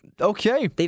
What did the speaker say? okay